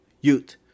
Youth